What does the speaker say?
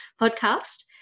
podcast